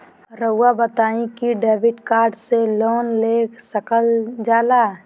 रहुआ बताइं कि डेबिट कार्ड से लोन ले सकल जाला?